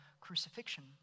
crucifixion